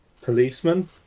policeman